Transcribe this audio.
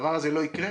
הדבר הזה לא יקרה,